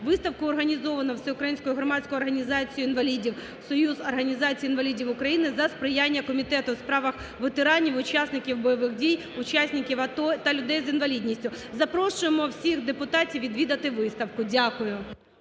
Виставку організовано Всеукраїнською громадською організацією інвалідів "Союз організацій інвалідів України" за сприяння Комітету у справах ветеранів, учасників бойових дій, учасників АТО та людей з інвалідністю. Запрошуємо всіх депутатів відвідати виставку. Дякую.